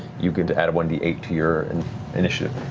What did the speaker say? you get to add one d eight to your and initiative.